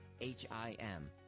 H-I-M